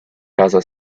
casa